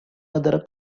other